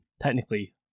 Technically